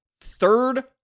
third